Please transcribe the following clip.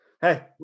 Hey